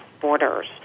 borders